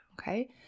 Okay